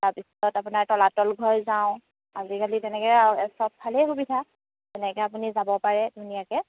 তাৰপিছত আপোনাৰ তলাতল ঘৰ যাওঁ আজিকালি তেনেকৈ আৰু সব ফালেই সুবিধা তেনেকৈ আপুনি যাব পাৰে ধুনীয়াকৈ